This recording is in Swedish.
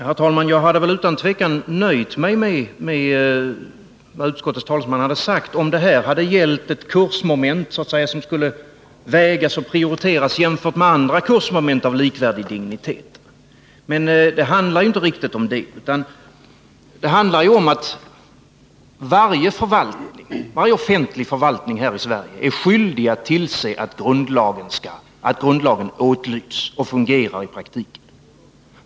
Herr talman! Jag skulle utan tvivel ha nöjt mig med vad utskottets talesman sagt, om det hade gällt ett kursmoment som skulle vägas och prioriteras i förhållande till andra kursmoment av liknande dignitet. Men det handlar inte riktigt om det utan om att varje offentlig förvaltning här i Sverige är skyldig att tillse att grundlagen åtlyds och fungerar i praktiken.